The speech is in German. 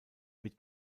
mit